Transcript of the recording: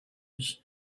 and